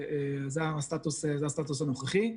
זה הסטטוס הנוכחי.